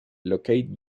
locate